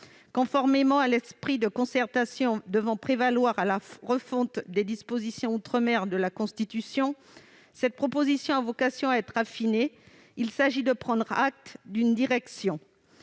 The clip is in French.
Conformément à l'esprit de concertation devant prévaloir à la refonte des dispositions sur l'outre-mer de la Constitution, cette proposition a vocation à être affinée. Il s'agit de prendre acte d'une direction.